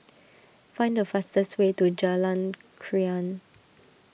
find the fastest way to Jalan Krian